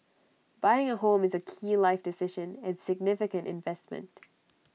buying A home is A key life decision and significant investment